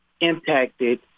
impacted